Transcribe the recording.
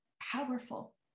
powerful